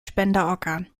spenderorgan